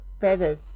feathers